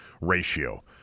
ratio